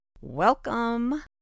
Welcome